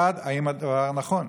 1. האם הדבר נכון?